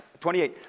28